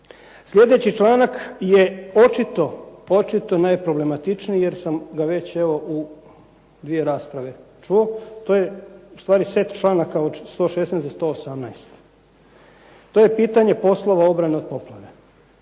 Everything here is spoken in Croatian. Sljedeći članak je očito najproblematičniji, jer sam ga u dvije rasprave već čuo. To je ustvari set članaka od 116. do 118. to je pitanje poslova obrane od poplave.